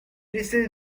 laissé